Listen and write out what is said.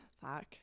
fuck